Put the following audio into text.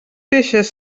deixes